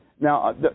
now